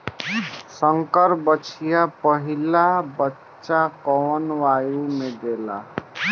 संकर बछिया पहिला बच्चा कवने आयु में देले?